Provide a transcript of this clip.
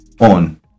on